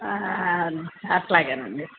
అట్లాగేనండి